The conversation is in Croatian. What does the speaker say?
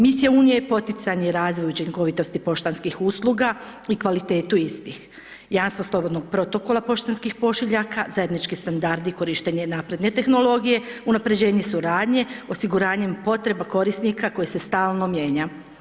Misija unije je poticanje razvoja i učinkovitosti poštanskih usluga i kvalitetu istih, jamstva slobodnog protokola poštanskih pošiljaka, zajednički standardi korištenja i napredne tehnologije, unaprjeđenje suradnje, osiguranjem potreba korisnika koji se stalno mijenja.